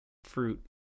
fruit